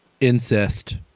Incest